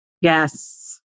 yes